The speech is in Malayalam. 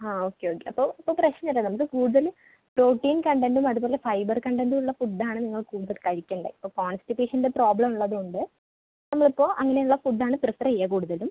ആ ഓക്കെ ഓക്കെ ആപ്പോൾ ഇപ്പോൾ പ്രശ്നം ഇല്ല നമുക്ക് കൂടുതൽ പ്രോട്ടീൻ കണ്ടൻറ്റും അതുപോലെ ഫൈബർ കണ്ടൻറ്റും ഉള്ള ഫുഡ്ഡ് ആണ് നിങ്ങൾ കൂടുതൽ കഴിക്കേണ്ടത് ഇപ്പോൾ കോൺസ്റ്റിപേഷൻ്റെ പ്രോബ്ലം ഉള്ളതുകൊണ്ട് നമ്മൾ ഇപ്പോൾ അങ്ങനെയുള്ള ഫുഡ്ഡ് ആണ് ഫ്രിഫെറ് ചെയ്യുക കൂടുതലും